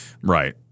right